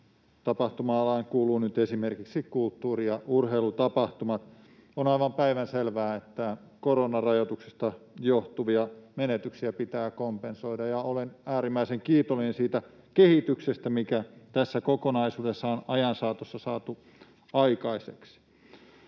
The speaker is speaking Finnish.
tapahtuma-alaan kuuluvat nyt esimerkiksi kulttuuri- ja urheilutapahtumat. On aivan päivänselvää, että koronarajoituksista johtuvia menetyksiä pitää kompensoida, ja olen äärimmäisen kiitollinen siitä kehityksestä, mikä tässä kokonaisuudessa on ajan saatossa saatu aikaiseksi.